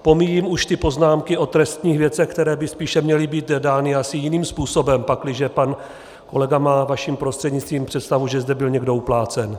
Pomíjím už ty poznámky o trestních věcech, které by spíše měly být dány asi jiným způsobem, pakliže pan kolega má, vaším prostřednictvím, představu, že zde byl někdo uplácen.